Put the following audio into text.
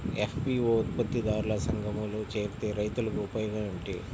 FPO ఉత్పత్తి దారుల సంఘములో చేరితే రైతులకు ఉపయోగము ఏమిటి?